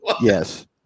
Yes